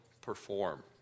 perform